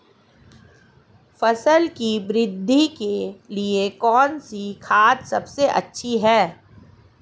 फसल की वृद्धि के लिए कौनसी खाद सबसे अच्छी है?